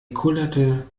kullerte